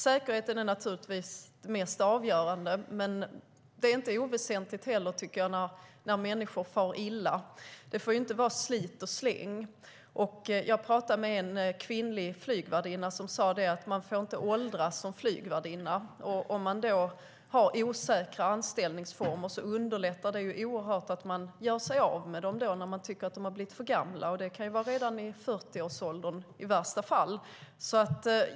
Säkerheten är naturligtvis det mest avgörande, men det är inte heller oväsentligt när människor far illa, tycker jag. Det får inte vara slit och släng. Jag pratade med en kvinnlig flygvärdinna som sade att man inte får åldras som flygvärdinna. Osäkra anställningsformer underlättar oerhört om man vill göra sig av med dem när man tycker att de har blivit för gamla, och det kan vara redan i 40-årsåldern i värsta fall.